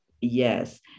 Yes